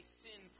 sin